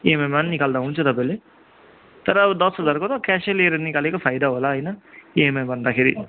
इएमआइमा निकाल्दा हुन्छ तपाईँले तर अब दस हजारको त क्यास लिएर निकालेको फाइदा होला होइन इएमआई भन्दाखेरि